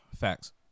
Facts